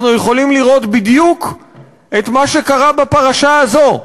אנחנו יכולים לראות בדיוק את מה שקרה בפרשה הזאת,